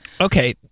Okay